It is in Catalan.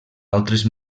altres